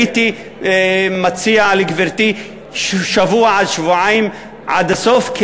הייתי מציע לגברתי שבוע עד שבועיים עד הסוף,